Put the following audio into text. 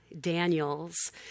Daniels